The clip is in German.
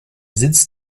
sitz